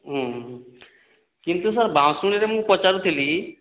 ହୁଁ କିନ୍ତୁ ସାର୍ ବାଁସୁରି ରେ ମୁଁ ପଚାରୁଥିଲି